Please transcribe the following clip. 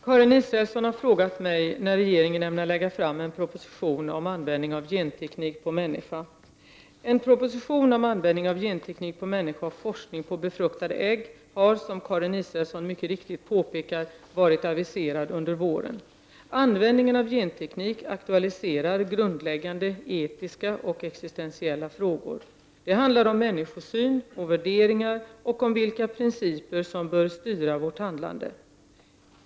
Herr talman! Karin Israelsson har frågat mig när regeringen ämnar lägga fram en proposition om användning av genteknik på människan. En proposition om användning av genteknik på människan och forskning på befruktade ägg har, som Karin Israelsson mycket riktigt påpekar, varit aviserad under våren. Användningen av genteknik aktualiserar grundläggande etiska och existentiella frågor. Det handlar om människosyn och värderingar och om vilka principer som bör styra vårt handlande.